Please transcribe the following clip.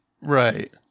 Right